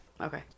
Okay